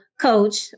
coach